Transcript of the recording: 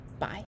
Bye